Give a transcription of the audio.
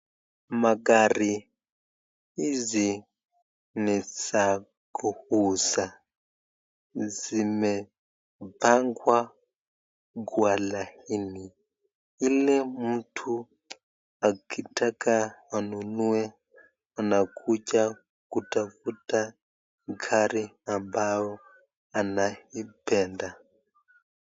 Magari hizi ni za kuuza, zimepangwa kwa laini ili mtu akitaka anunue anakuja kutafuta gari ambayo anaipenda.